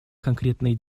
конкретные